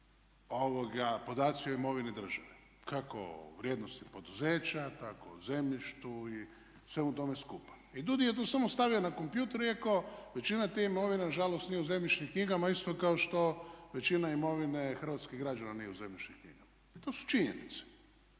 podaci o imovini države kako vrijednosti poduzeća tako zemljištu i svemu tome skupa. I DUUDI je tu samo stavio na kompjuter i rekao većina te imovine na žalost nije u zemljišnim knjigama isto kao što većina imovine hrvatskih građana nije u zemljišnim knjigama. To su činjenice.